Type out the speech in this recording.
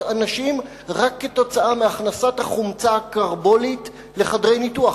אנשים רק כתוצאה מהכנסת החומצה הקרבולית לחדרי ניתוח,